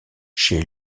chez